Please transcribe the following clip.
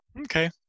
Okay